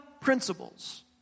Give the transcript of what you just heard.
principles